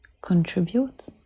contribute